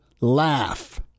laugh